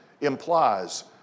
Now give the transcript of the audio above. implies